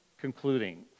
Concluding